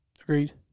Agreed